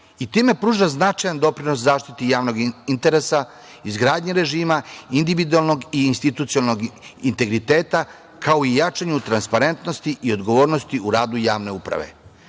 i time pruža značajan doprinos zaštiti javnog interesa, izgradnji režima, individualnog i institucionalnog integriteta, kao i jačanju transparentnosti i odgovornosti u radu javne uprave. Na